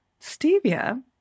stevia